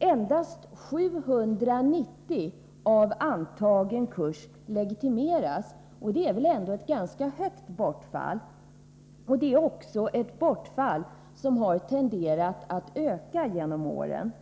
Endast 790 av antagen kurs legitimeras, och det är väl ändå ett ganska stort bortfall. Bortfallet har också tenderat att öka genom åren.